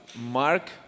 Mark